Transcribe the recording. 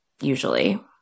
usually